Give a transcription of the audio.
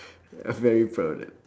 ya very proud of that